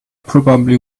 probably